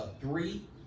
three